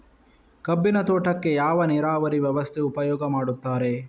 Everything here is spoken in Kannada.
ಕಬ್ಬಿನ ತೋಟಕ್ಕೆ ಯಾವ ನೀರಾವರಿ ವ್ಯವಸ್ಥೆ ಉಪಯೋಗ ಮಾಡುತ್ತಾರೆ?